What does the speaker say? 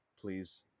please